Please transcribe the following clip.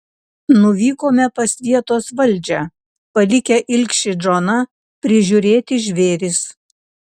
nuvykome pas vietos valdžią palikę ilgšį džoną prižiūrėti žvėris